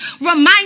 Remind